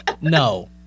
No